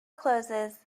closes